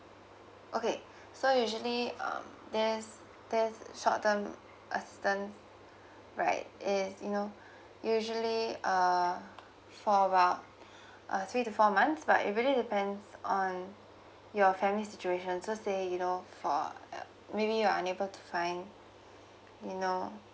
okay so usually um this this short term assistance right is you know usually uh for awhile uh three to four months but it really depends on your family situation so say you know for uh maybe you're unable to find you know